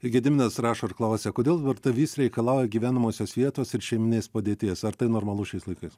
gediminas rašo ir klausia kodėl darbdavys reikalauja gyvenamosios vietos ir šeimyninės padėties ar tai normalu šiais laikais